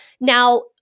Now